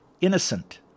innocent